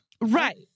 right